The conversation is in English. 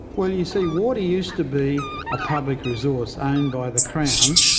well, you see, water used to be a public resource owned by the crown,